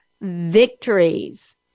victories